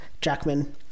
Jackman